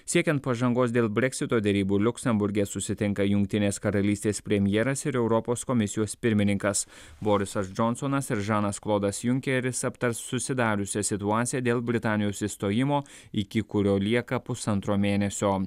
siekiant pažangos dėl breksito derybų liuksemburge susitinka jungtinės karalystės premjeras ir europos komisijos pirmininkas borisas džonsonas ir žanas klodas junkeris aptars susidariusią situaciją dėl britanijos išstojimo iki kurio lieka pusantro mėnesio